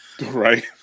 right